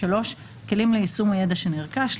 (3) כלים ליישום הידע שנרכש,